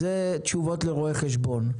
אלו תשובות לרואה חשבון.